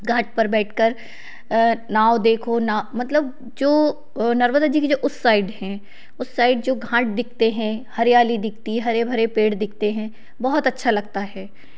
घाट पर बैठकर नाव देखो ना मतलब जो नर्मदा जी की जो उस साइड हैं उस साइड जो घाट दिखते हैं हरियाली दिखती हरे भरे पेड़ दिखते हैं बहुत अच्छा लगता है